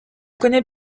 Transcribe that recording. connaît